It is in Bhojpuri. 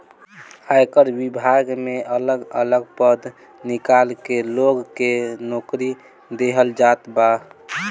आयकर विभाग में अलग अलग पद निकाल के लोग के नोकरी देहल जात बा